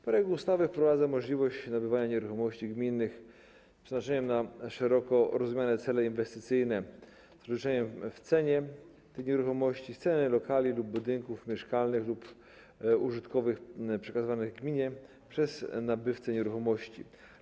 Projekt ustawy wprowadza możliwość nabywania nieruchomości gminnych z przeznaczeniem na szeroko rozumiane cele inwestycyjne z rozliczeniem w cenie tych nieruchomości, w cenie lokali lub budynków mieszkalnych lub użytkowych przekazanych gminie przez nabywcę nieruchomości.